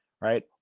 Right